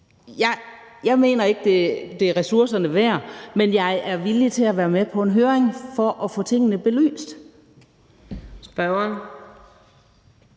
Jeg mener ikke, det er ressourcerne værd, men jeg er villig til at være med på en høring for at få tingene belyst.